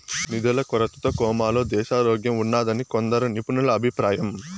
నిధుల కొరతతో కోమాలో దేశారోగ్యంఉన్నాదని కొందరు నిపుణుల అభిప్రాయం